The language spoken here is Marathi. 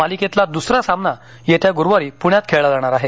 मालिकेतला दुसरा सामना येत्या गुरुवारी पूण्यात खेळला जाणार आहे